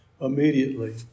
immediately